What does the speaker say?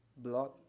Blood